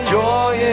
joy